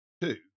two